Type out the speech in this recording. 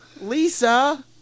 Lisa